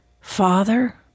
Father